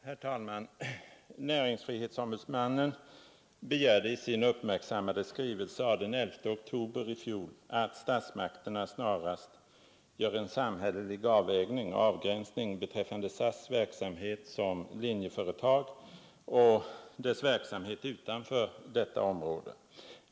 Herr talman! Näringsfrihetsombudsmannen begärde i sin uppmärk sammade skrivelse av den 11 oktober i fjol att statsmakterna snarast gör en samhällelig avvägning och avgränsning beträffande SAS:s verksamhet som linjeföretag och dess verksamhet utanför detta område.